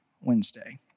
Wednesday